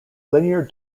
linear